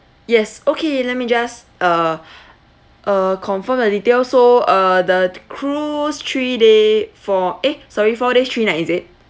yes okay let me just uh uh confirm the detail so uh the cruise three day four eh sorry four days three night is it